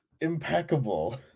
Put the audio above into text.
impeccable